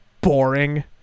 boring